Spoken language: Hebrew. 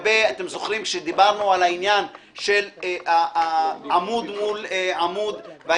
אתם זוכרים שדיברנו על העניין של עמוד מול עמוד בעיתונות המודפסת,